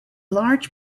large